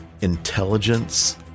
intelligence